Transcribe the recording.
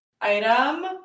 item